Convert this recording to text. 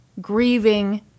grieving